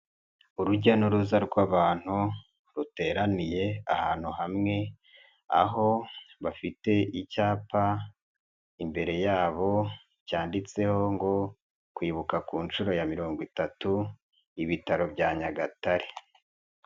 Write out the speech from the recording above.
Urujya n'uruza rw'abantu ruteraniye ahantu hamwe, aho bafite icyapa imbere yabo cyanditseho ngo kwibuka ku nshuro ya mirongo itatu ibitaro bya Nyagatare.